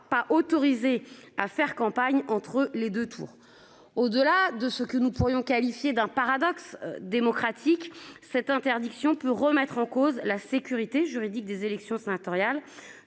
pas autorisé à faire campagne entre les 2 tours au delà de ce que nous pourrions qualifier d'un paradoxe démocratique cette interdiction peut remettre en cause la sécurité juridique des élections sénatoriales